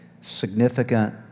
significant